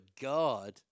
God